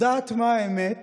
יודעת מה האמת